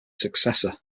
successor